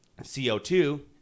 CO2